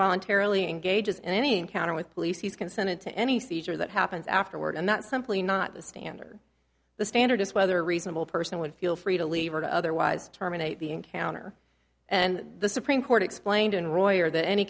voluntarily engages in any encounter with police he's consented to any seizure that happens afterward and that's simply not the standard the standard is whether a reasonable person would feel free to leave or to otherwise terminate the encounter and the supreme court explained in royer that any